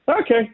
okay